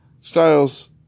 Styles